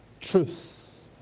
truth